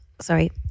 sorry